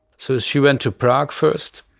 so as she went to prague first,